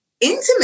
intimate